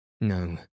no